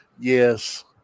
Yes